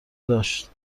داشت